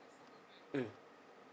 mm